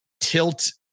tilt